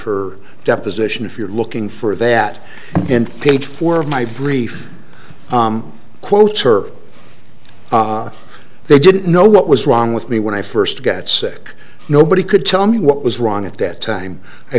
her deposition if you're looking for that page four of my brief quotes her they didn't know what was wrong with me when i first got sick nobody could tell me what was wrong at that time i